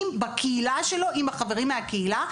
בקהילה שלו עם החברים מהקהילה,